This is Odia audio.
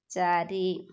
ଚାରି